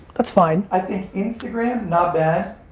that's fine. i think instagram, not bad.